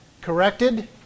corrected